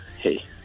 hey